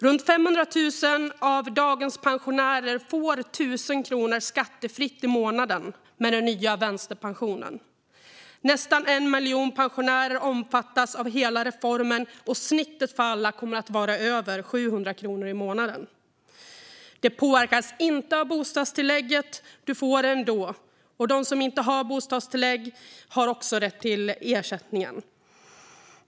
Runt 500 000 av dagens pensionärer får 1 000 kronor skattefritt i månaden med den nya vänsterpensionen. Nästan 1 miljon pensionärer omfattas av hela reformen, och snittet för alla kommer att vara över 700 kronor i månaden. Det påverkas inte av bostadstillägget. Du får det ändå. Och de som inte har bostadstillägg har också rätt till ersättningen.